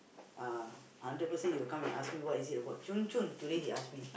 uh hundred percent he will come and ask me what is it about zhun zhun today he ask me